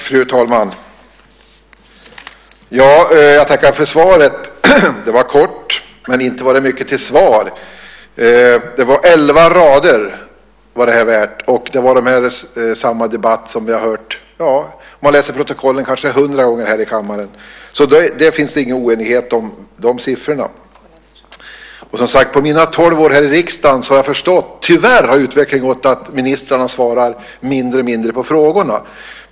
Fru talman! Jag tackar för svaret. Det var kort, men inte var det mycket till svar. Elva rader blev det, och det blev samma diskussion som vi av protokollen att döma har hört kanske hundra gånger här i kammaren. Där finns det ingen oenighet om siffrorna. Under mina tolv år i riksdagen har jag kunnat se en utveckling mot att ministrarna svarar mindre och mindre på frågorna.